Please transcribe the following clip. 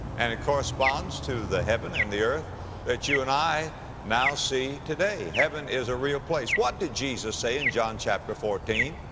and it corresponds to the heaven and the earth that you and i now see today. heaven is a real place. what did jesus say in john chapter fourteen?